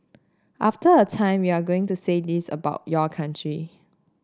after a time you are going to say this about your country